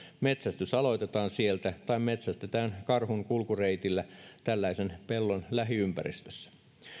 metsästys aloitetaan sieltä tai metsästetään karhun kulkureitillä tällaisen pellon lähiympäristössä